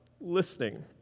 listening